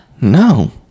no